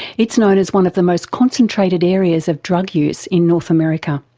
it's known as one of the most concentrated areas of drug use in north america.